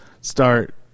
start